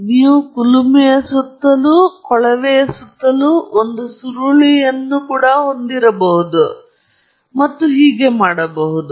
ಆದ್ದರಿಂದ ನೀವು ಕುಲುಮೆಯ ಸುತ್ತಲೂ ಕೊಳವೆಯ ಸುತ್ತಲೂ ಒಂದು ಸುರುಳಿಯನ್ನು ಕೂಡ ಹೊಂದಿರಬಹುದು ಮತ್ತು ಹೀಗೆ ಮಾಡಬಹುದು